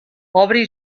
obri